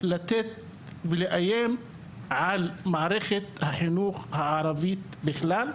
לאיים על מערכת החינוך הערבית בכלל,